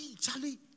Charlie